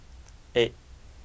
eight